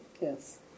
Yes